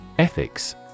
Ethics